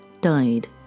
died